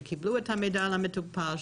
שקיבלו את המידע על המטופל,